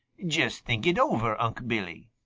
just think it over, unc' billy.